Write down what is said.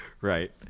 Right